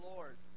Lord